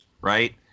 right